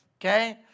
okay